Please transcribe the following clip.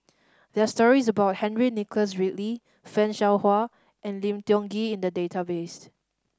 there are stories about Henry Nicholas Ridley Fan Shao Hua and Lim Tiong Ghee in the database